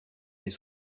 des